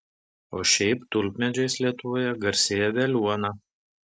o šiaip tulpmedžiais lietuvoje garsėja veliuona